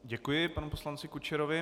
Děkuji panu poslanci Kučerovi.